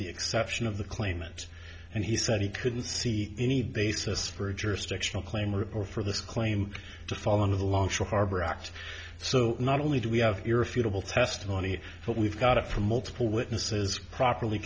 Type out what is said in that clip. the exception of the claimants and he said he couldn't see any basis for a jurisdictional claim or or for this claim to fall into the long harbor act so not only do we have irrefutable testimony but we've got it from multiple witnesses properly